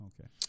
Okay